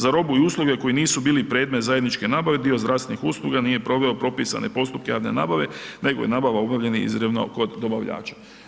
Za robu i usluge koji nisu bili predmet zajedničke nabave dio zdravstvenih usluga nije proveo propisane postupke javne nabave nego je nabava obavljena izravno kod dobavljača.